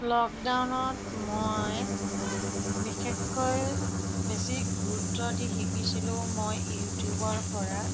লকডাউনত মই বিশেষকৈ বেছি গুৰুত্ব দি শিকিছিলোঁ মই ইউটিউবৰ পৰা